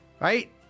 right